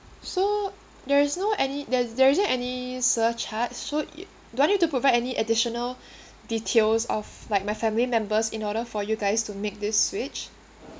so there is no any there's there isn't any surcharge so i~ you do I need to provide any additional details of like my family members in order for you guys to make this switch